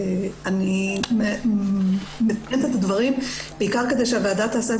ואני מציינת את הדברים בעיקר כדי שהוועדה תעשה את